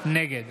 נגד